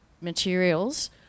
materials